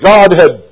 Godhead